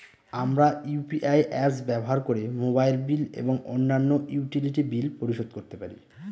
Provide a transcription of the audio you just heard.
আমরা UPI apps ব্যবহার করে মোবাইল বিল এবং অন্যান্য ইউটিলিটি বিল পরিশোধ করতে পারি